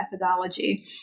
methodology